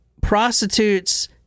Prostitutes